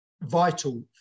vital